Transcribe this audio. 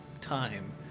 time